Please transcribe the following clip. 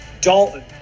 Dalton